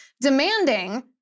demanding